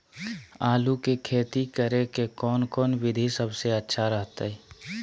आलू की खेती करें के कौन कौन विधि सबसे अच्छा रहतय?